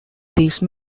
these